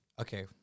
Okay